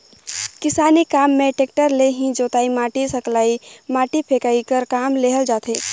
किसानी काम मे टेक्टर ले ही जोतई, माटी सकलई, माटी फेकई कर काम लेहल जाथे